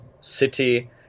city